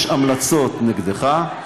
יש המלצות נגדך,